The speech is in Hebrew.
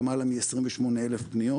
למעלה מ-28,000 פניות.